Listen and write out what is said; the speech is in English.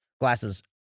glasses